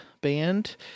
band